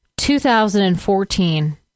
2014